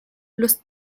los